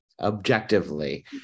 objectively